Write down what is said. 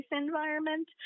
environment